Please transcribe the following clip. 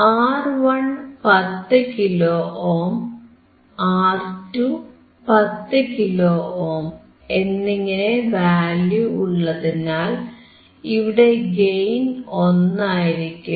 R1 10 kilo ohm R2 10 kilo ohm എന്നിങ്ങനെ value ഉള്ളതിനാൽ ഇവിടെ ഗെയിൻ 1 ആയിരിക്കും